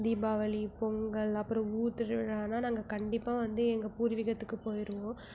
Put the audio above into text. தீபாவளி பொங்கல் அப்புறம் ஊர் திருவிழானால் நாங்கள் கண்டிப்பாக வந்து எங்கள் பூர்விகத்துக்கு போய்விடுவோம்